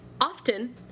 often